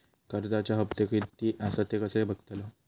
कर्जच्या हप्ते किती आसत ते कसे बगतलव?